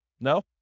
no